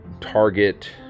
target